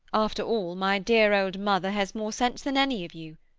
after all, my dear old mother has more sense than any of you.